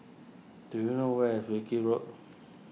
do you know where is Wilkie Road